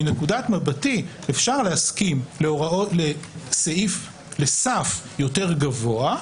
מנקודת מבטי אפשר להסכים לסף יותר גבוה,